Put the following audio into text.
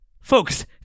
Folks